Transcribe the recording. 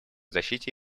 защите